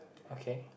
okay